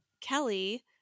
kelly